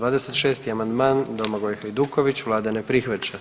26. amandman Domagoj Hajduković, vlada ne prihvaća.